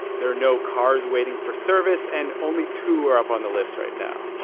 there are no cars waiting for service, and only two are up on the lifts right now